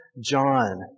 John